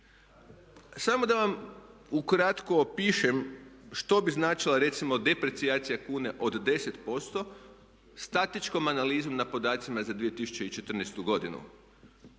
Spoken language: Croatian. Samo da vam ukratko opišem što bi značila recimo deprecijacija kune od 10% statičkom analizom na podacima za 2014. godinu.